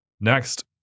Next